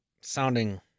sounding